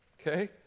Okay